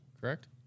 correct